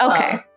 okay